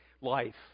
life